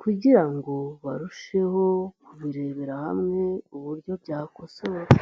kugira ngo barusheho kubirebera hamwe uburyo byakosorwa.